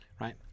Right